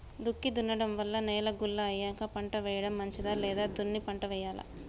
దుక్కి దున్నడం వల్ల నేల గుల్ల అయ్యాక పంట వేయడం మంచిదా లేదా దున్ని పంట వెయ్యాలా?